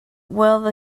will